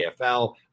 AFL